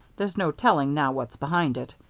there's no telling now what's behind it.